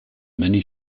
many